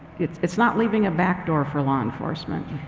it's it's not leaving a back door for law enforcement.